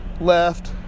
left